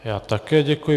Já také děkuji.